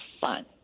fun